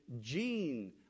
gene